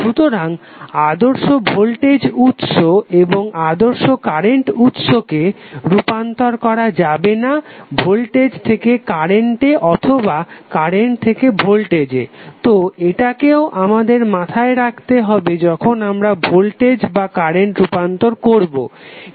সুতরাং আদর্শ ভোল্টেজ উৎস এবং আদর্শ কারেন্ট উৎসকে রূপান্তর করা যাবে না ভোল্টেজ থেকে কারেন্টে অথবা কারেন্ট থেকে ভোল্টেজে তো এটাকেও আমাদের মাথায় রাখতে হবে যখন আমরা ভোল্টেজ বা কারেন্ট রূপান্তর করবো